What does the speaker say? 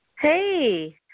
Hey